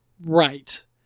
Right